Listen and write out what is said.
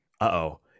Uh-oh